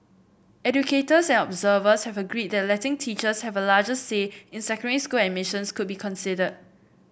educators and observers have agreed that letting teachers have a larger say in secondary school admissions could be considered